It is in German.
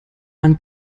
man